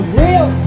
real